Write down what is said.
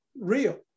real